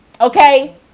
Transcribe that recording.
Okay